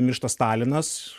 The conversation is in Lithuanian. miršta stalinas